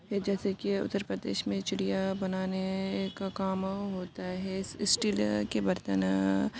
یا جیسے کہ اتر پردیش میں چوڑیاں بنانے کا کام ہوتا ہے اسٹیل کے برتن